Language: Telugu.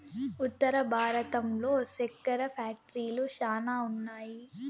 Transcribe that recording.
ఉత్తర భారతంలో సెక్కెర ఫ్యాక్టరీలు శ్యానా ఉన్నాయి